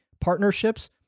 partnerships